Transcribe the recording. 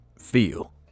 feel